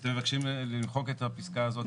אתם מבקשים למחוק את הפסקה הזאת.